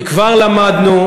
כי כבר למדנו,